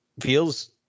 feels